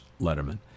Letterman